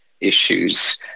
issues